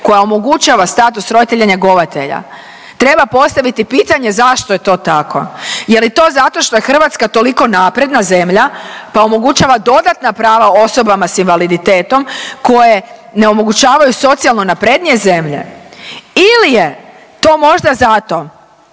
koja omogućava status roditelja njegovatelja. Treba postaviti pitanje zašto je to tako? Je li to zato što je Hrvatska toliko napredna zemlja, pa omogućava dodatna prava osobama s invaliditetom koje ne omogućavaju socijalno naprednije zemlje ili je to možda zato